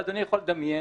אדוני יכול לדמיין